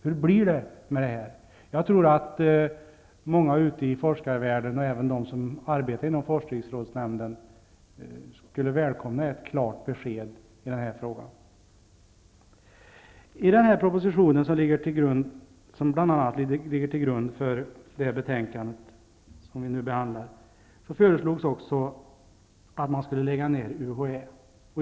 Hur blir det med detta? Jag tror att många ute i forskarvärlden, och även de som arbetar inom forskningsrådsnämnden, skulle välkomna ett klart besked i den här frågan. I den proposition som bl.a. ligger till grund för det betänkande som vi nu behandlar föreslogs också att man skulle lägga ned UHÄ.